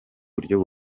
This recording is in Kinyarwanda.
buryo